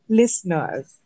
listeners